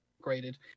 graded